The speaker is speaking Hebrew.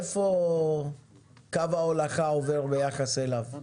איפה קו ההולכה עובר ביחס אליו?